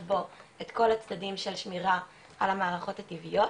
בו את כל הצדדים של שמירה על המערכות הטבעיות.